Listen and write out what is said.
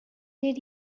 did